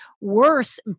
worse